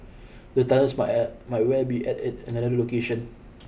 the tunnels might at might well be at a another location